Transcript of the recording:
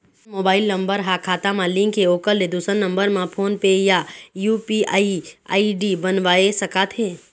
जोन mobile number हा खाता मा लिन्क हे ओकर ले दुसर नंबर मा फोन पे या यू.पी.आई आई.डी बनवाए सका थे?